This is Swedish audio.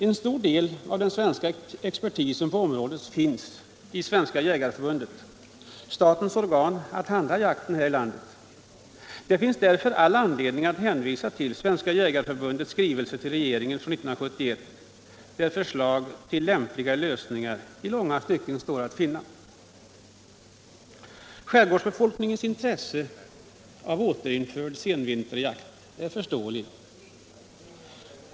En stor del av den svenska expertisen på området finns i Svenska jägareförbundet — statens organ för att handha jakten här i landet. Det finns därför all anledning att hänvisa till Svenska jägareförbundets skrivelse till regeringen från 1971, där förslag till lämpliga lösningar i långa stycken står att finna. Skärgårdsbefolkningens intresse av återinförd senvinterjakt är förståeligt.